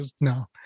No